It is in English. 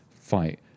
fight